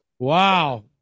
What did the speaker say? Wow